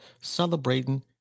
celebrating